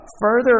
further